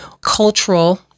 cultural